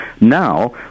Now